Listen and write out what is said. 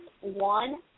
one